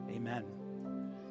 Amen